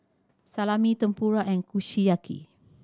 Salami Tempura and Kushiyaki